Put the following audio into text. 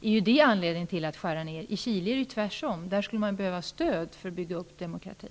ger det anledning till att skära ned, men i Chile är det tvärtom. Där skulle man behöva stöd för att bygga upp demokratin.